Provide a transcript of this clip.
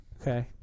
Okay